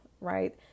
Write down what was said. right